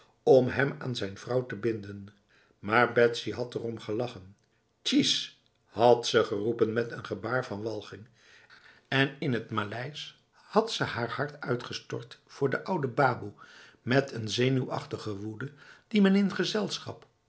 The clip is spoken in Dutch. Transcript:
om hem aan zijn vrouw te binden maar betsy had erom gelachen tjies had ze geroepen met een gebaar van walging en in het maleis had ze haar hart uitgestort voor de oude baboe met een zenuwachtige woede die men in gezelschap